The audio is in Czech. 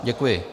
Děkuji.